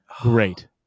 Great